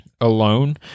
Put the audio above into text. alone